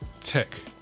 tech